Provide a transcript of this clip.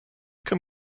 can